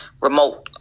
remote